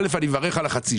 א' אני מברך על החצי-שקל.